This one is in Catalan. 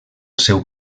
seu